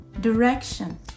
direction